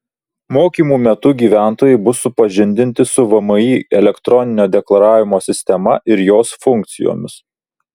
mokymų metu gyventojai bus supažindinti su vmi elektroninio deklaravimo sistema ir jos funkcijomis